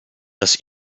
das